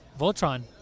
voltron